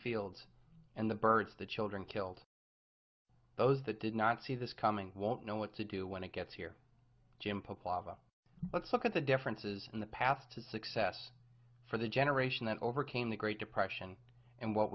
fields and the birds the children killed those that did not see this coming won't know what to do when it gets here jim puplava let's look at the differences in the path to success for the generation that overcame the great depression and what